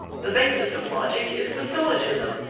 the basic of logic is the syllogism,